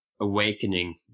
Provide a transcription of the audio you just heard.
awakening